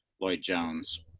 Lloyd-Jones